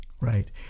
right